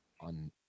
on